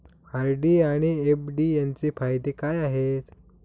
RD आणि FD यांचे फायदे काय आहेत?